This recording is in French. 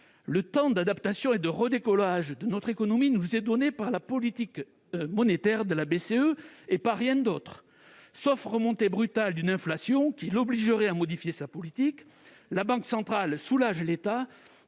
le temps d'adaptation et de redécollage de notre économie est fixé par la politique monétaire de la BCE, et par rien d'autre. Sauf remontée brutale d'une inflation qui l'obligerait à modifier sa politique, la Banque centrale soulage l'État